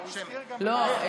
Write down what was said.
לא.